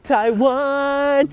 Taiwan